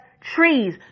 trees